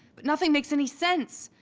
but nothing makes any sense.